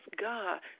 God